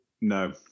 No